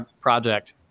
project